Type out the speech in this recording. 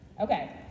Okay